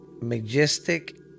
Majestic